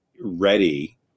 ready